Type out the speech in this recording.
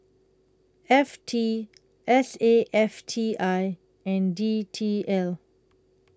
F T S A F T I and D T L